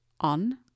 on